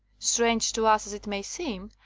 strange to us as it may seem,